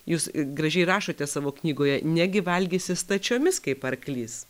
jūs gražiai rašote savo knygoje negi valgysi stačiomis kaip arklys